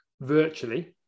virtually